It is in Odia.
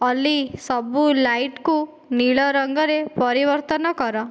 ଅଲି ସବୁ ଲାଇଟ୍କୁ ନୀଳ ରଙ୍ଗରେ ପରିବର୍ତ୍ତନ କର